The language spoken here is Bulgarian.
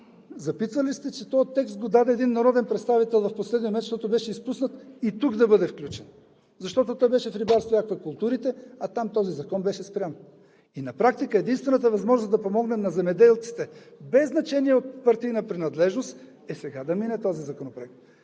запитвали ли сте се, че този текст го даде един народен представител в последния месец, защото беше изпуснат и тук да бъде включен, защото той беше в „Рибарство и аквакултури“, а там този закон беше спрян? И на практика единствената възможност да помогнем на земеделците, без значение от партийна принадлежност, е сега да мине този законопроект.